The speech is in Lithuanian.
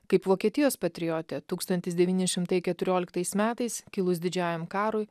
kaip vokietijos patriotė tūkstantis devyni šimtai keturioliktais metais kilus didžiajam karui